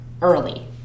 early